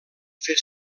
fer